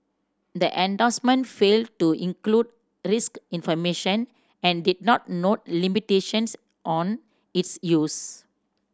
the endorsement failed to include risk information and did not note limitations on its use